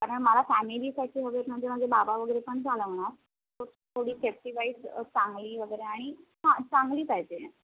कारण मला फॅमिलीसाठी वगैरे म्हणजे माझे बाबा वगैरे पण चालवणार थोडी सेफ्टीवाईज चांगली वगैरे आणि हां चांगली पाहिजे